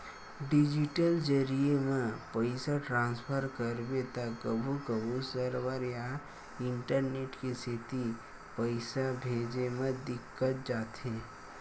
digital जरिए म पइसा ट्रांसफर करबे त कभू कभू सरवर या इंटरनेट के सेती पइसा भेजे म दिक्कत जाथे